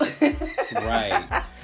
right